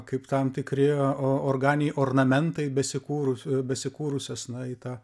kaip tam tikri organiniai ornamentai besikūrus besikūrusios na į tą